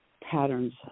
patterns